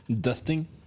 dusting